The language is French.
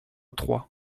trois